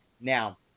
Now